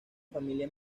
familia